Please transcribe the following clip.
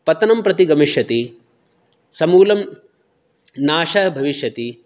पतनं प्रति गमिष्यति समूलं नाशः भविष्यति